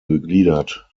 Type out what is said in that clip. gegliedert